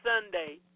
Sunday